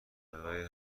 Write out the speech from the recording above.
برای